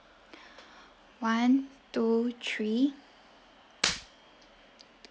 one two three